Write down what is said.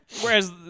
Whereas